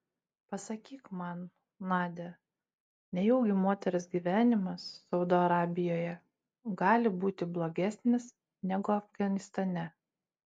pasakyk man nadia nejaugi moters gyvenimas saudo arabijoje gali būti blogesnis negu afganistane